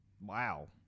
Wow